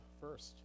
first